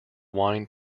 wine